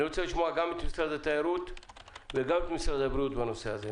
אני רוצה לשמוע גם את משרד התיירות וגם את משרד הבריאות בנושא הזה.